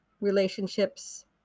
relationships